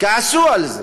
כעסו על זה